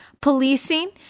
policing